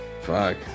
Fuck